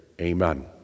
Amen